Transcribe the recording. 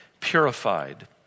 purified